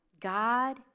God